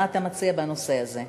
מה אתה מציע בנושא הזה?